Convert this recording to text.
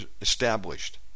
established